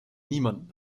niemanden